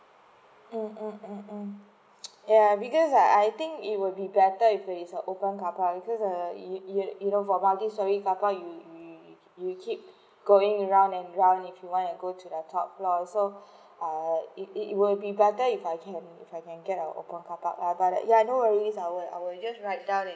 mm mm mm ya because I think it will be better if it's a open car park because you you know for multi storey car park you you keep going round and round if you want to go to the top floor also uh it it will be better if I can if I can get open car park ya but no worries I will I will just write down